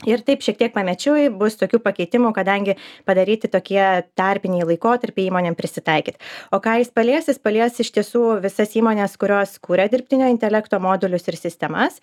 ir taip šiek tiek pamečiui bus tokių pakeitimų kadangi padaryti tokie tarpiniai laikotarpiai įmonėm prisitaikyt o ką jis palies jis palies iš tiesų visas įmones kurios kuria dirbtinio intelekto modelius ir sistemas